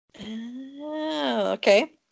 Okay